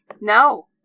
No